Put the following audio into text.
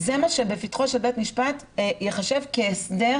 זה מה שבפתחו של בית משפט ייחשב כהסדר